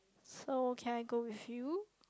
so can I go with you